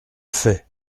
fait